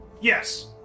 Yes